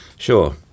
Sure